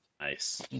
Nice